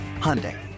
Hyundai